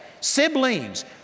SIBLINGS